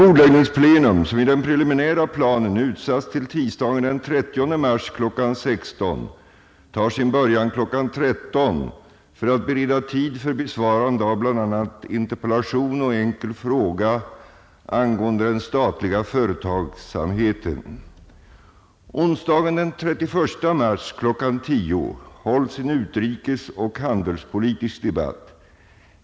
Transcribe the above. Onsdagen den 31 mars kl. 10.00 hålls en utrikesoch handelspolitisk debatt.